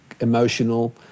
emotional